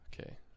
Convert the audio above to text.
okay